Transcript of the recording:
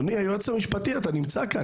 אדוני היועץ המשפטי, אתה נמצא כאן.